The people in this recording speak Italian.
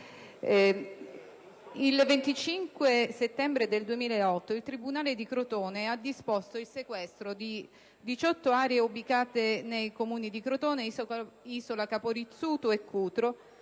Il 25 settembre 2008 il tribunale di Crotone ha disposto il sequestro di 18 aree ubicate nei Comuni di Crotone, Isola Capo Rizzuto e Cutro,